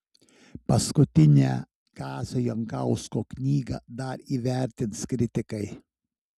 paskutinę kazio jankausko knygą dar įvertins kritikai